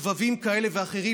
סבבים כאלה ואחרים,